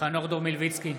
חנוך דב מלביצקי,